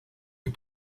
you